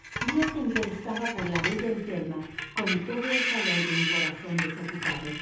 spiro se interesaba por la bella enferma con todo el calor de un corazón desocupado